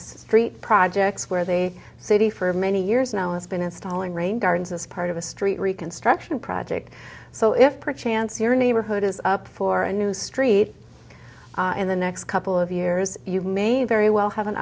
street projects where they city for many years now it's been installing rain gardens as part of a street reconstruction project so if per chance your neighborhood is up for a new street in the next couple of years you may very well have an